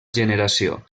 generació